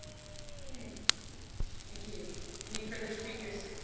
okay thank you any further speakers